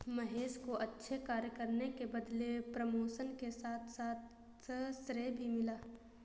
महेश को अच्छे कार्य करने के बदले प्रमोशन के साथ साथ श्रेय भी मिला